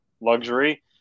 luxury